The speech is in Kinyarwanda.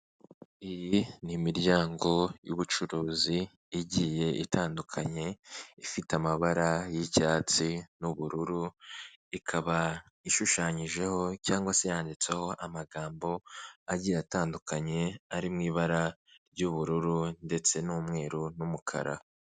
Iyi ni imiryango y'ubucuruzi igiye itandukanye, ifite amabara y'icyatsi n'ubururu ikaba ishushanyijeho cyangwa se yanditseho amagambo agiye atandukanye ari mu ibara ry'ubururu ndetse n'umweru n'umukara.